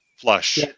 flush